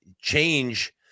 change